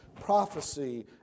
prophecy